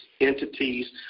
entities